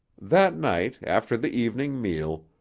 that night, after the evening meal,